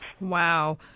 Wow